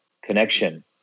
connection